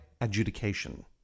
adjudication